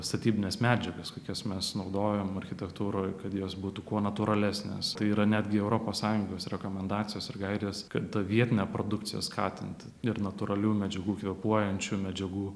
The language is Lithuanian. statybines medžiagas kokias mes naudojam architektūroj kad jos būtų kuo natūralesnės tai yra netgi europos sąjungos rekomendacijos ir gairės kad vietinę produkciją skatinti ir natūralių medžiagų kvėpuojančių medžiagų